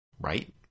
right